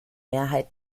mehrheit